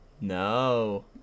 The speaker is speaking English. No